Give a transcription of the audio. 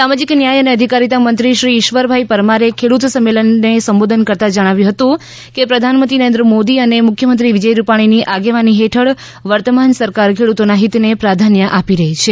સામાજીક ન્યાય અને અધિકારીતા મંત્રી શ્રી ઇશ્વરભાઇ પરમારે ખેડૂત સંમેલનમાં સંબોધન કરતાં કહ્યું કે પ્રધાનમંત્રી નરેન્દ્ર મોદી અને મુખ્યમંત્રી વિજય રૂપાણીની આગેવાની હેઠળ વર્તમાન સરકાર ખેડૂતોના હિતને પ્રાધાન્ય આપી રહી છે